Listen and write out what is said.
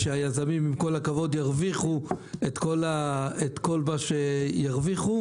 והיזמים ירוויחו את כל מה שירוויחו